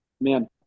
man